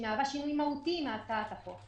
המהווה שינוי מהותי מהצעת החוק,